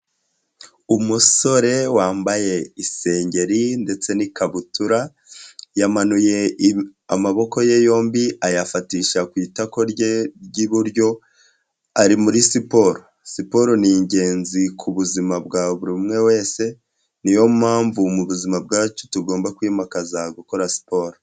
Umusore wambaye iserengeri ndetse n'ikabutura yamanuye amaboko ye yombi ayafatisha ku itako rye ry'iburyo ari muri siporo, siporo ni ingenzi ku buzima bwa buri umwe wese niyo mpamvu mu buzima bwacu tugomba kwimakaza gukora siporo.